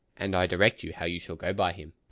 and direct you how you shall go by him.